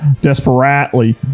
Desperately